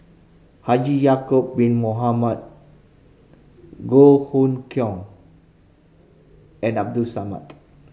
Haji Ya'acob Bin Mohamed Goh Hood Keng and Abdul Samad